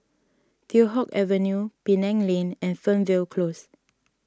Teow Hock Avenue Penang Lane and Fernvale Close